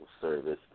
service